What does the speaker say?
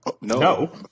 no